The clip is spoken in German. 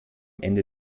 ende